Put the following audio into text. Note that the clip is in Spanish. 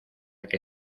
que